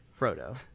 Frodo